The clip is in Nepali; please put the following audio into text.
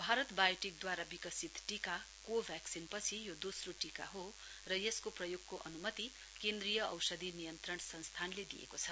भारत वायोटिकद्वारा विकसित टीका को भेक्सिन पछि यो दोस्रो टीका हो र यसको प्रयोगको अनुमति केन्द्रीय औषधि नियन्त्रण संस्थानले दिएको छ